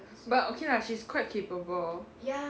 but okay lah she's quite capable